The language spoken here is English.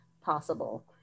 possible